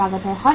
हर कीमत है